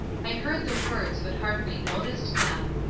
i heard the words, but hardly noticed them,